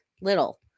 little